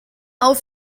auf